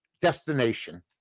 Destination